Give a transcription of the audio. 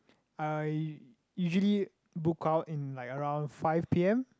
I usually book out in like around five p_m